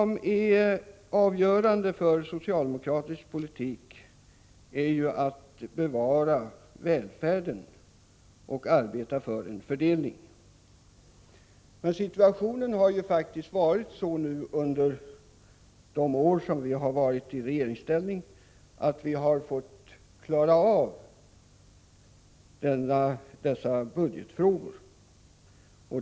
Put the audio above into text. Det avgörande för socialdemokratisk politik är att bevara välfärden och arbeta för en rättvis fördelningspolitik. Situationen har faktiskt varit den att vi under de år som vi varit i regeringsställning fått klara av en del budgetfrågor.